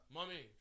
Mommy